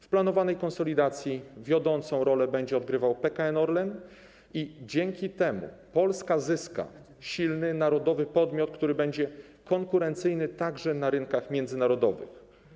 W planowanej konsolidacji wiodącą rolę będzie odgrywał PKN Orlen i dzięki temu Polska zyska silny, narodowy podmiot, który będzie konkurencyjny także na rynkach międzynarodowych.